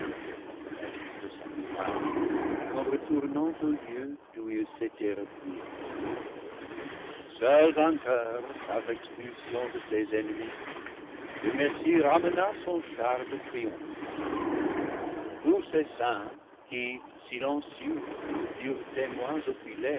la brèche de sa muraille en retour nant au lieu d'où il s'était replié seul vainqueur par l'expulsion de ses ennemis le messie ramena son char de triomphe tous ses saints qui silencieux furent témoins oculaires